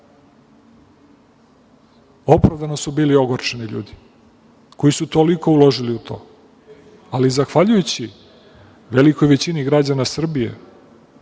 Opravdano su bili ogorčeni ljudi koji su toliko uložili u to, ali zahvaljujući velikoj većini građana Srbije